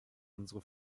unsere